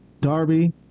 Darby